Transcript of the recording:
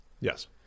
Yes